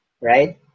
Right